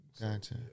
Gotcha